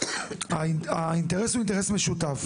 האינטרס הוא אינטרס משותף,